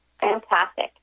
Fantastic